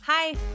Hi